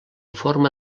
forma